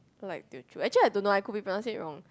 like Teochew actually I don't know I could be pronouncing it wrong